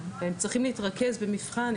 והם צריכים להתרכז במבחן,